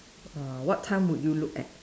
uh what time would you look at